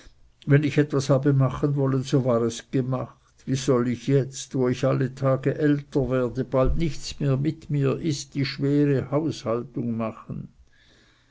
wenn ich etwas habe machen wollen so war es gemacht wie soll ich jetzt wo ich alle tage älter werde bald nichts mehr mit mir ist die schwere haushaltung machen